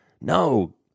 No